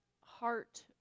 heart